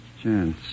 chance